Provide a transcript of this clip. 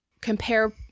compare